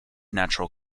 natural